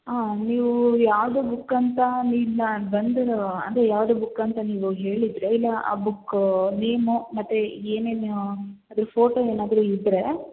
ಹಾಂ ನೀವೂ ಯಾವುದು ಬುಕ್ಕಂತ ಬಂದು ಅದೇ ಯಾವುದೇ ಬುಕ್ಕಂತ ನೀವು ಹೇಳಿದ್ರೆ ಇಲ್ಲ ಆ ಬುಕ್ಕು ನೇಮು ಮತ್ತು ಏನೇನು ಅದ್ರ ಫೋಟೋ ಏನಾದ್ರು ಇದ್ರೆ